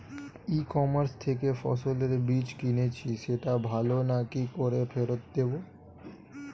ই commerce থেকে ফসলের বীজ কিনেছি সেটা ভালো না কি করে ফেরত দেব?